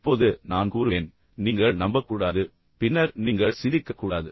இப்போது நான் கூறுவேன் நீங்கள் நம்பக்கூடாது பின்னர் நீங்கள் சிந்திக்கக்கூடாது